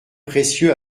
précieux